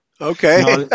Okay